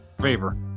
favor